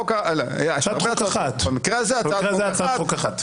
יש הרבה הצעות, במקרה הזה הצעת חוק אחת.